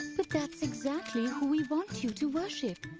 but that's exactly who we want you to worship.